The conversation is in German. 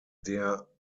der